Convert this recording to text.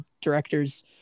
director's